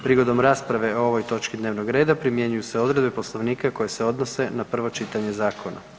Prigodom rasprave o ovoj točki dnevnog reda primjenjuju se odredbe Poslovnika koje se odnose na prvo čitanje zakona.